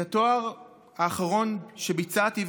את התואר האחרון שביצעתי,